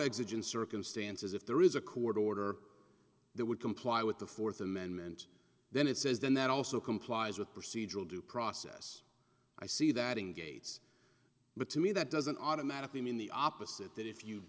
existing circumstances if there is a court order that would comply with the fourth amendment then it says then that also complies with procedural due process i see that in gates but to me that doesn't automatically mean the opposite that if you